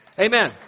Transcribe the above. Amen